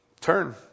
Turn